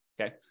okay